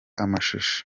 amashusho